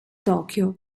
tokyo